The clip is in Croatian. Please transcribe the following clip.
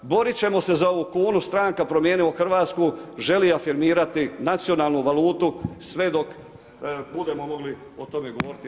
Borit ćemo se za ovu kunu, stranka Promijenimo Hrvatsku želi afirmirati nacionalnu valutu sve dok budemo mogli o tome govoriti i